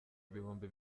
ibihumbi